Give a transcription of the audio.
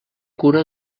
cura